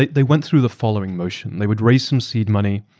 they they went through the following motion they would raise some seed money,